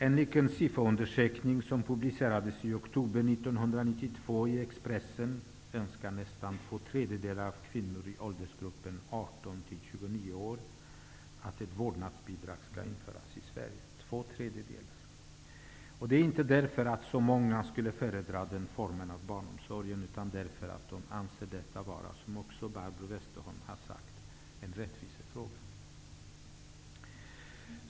Enligt en SIFO-undersökning som publicerades i Expressen i oktober 1992 önskar nästan två trejdedelar av kvinnorna i åldersgruppen 18--29 år att ett vårdnadsbidrag skall införas i Sverige. Anledningen är inte att så många skulle föredra den formen av barnomsorg utan att de, som också Barbro Westerholm har påpekat, anser att detta är en rättvisefråga.